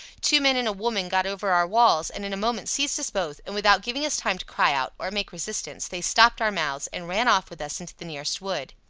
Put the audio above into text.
two men and a woman got over our walls, and in a moment seized us both, and, without giving us time to cry out, or make resistance, they stopped our mouths, and ran off with us into the nearest wood.